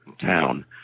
town